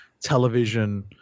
television